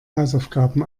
hausaufgaben